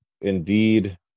indeed